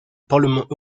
parlement